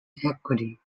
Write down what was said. equity